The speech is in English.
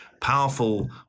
powerful